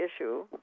issue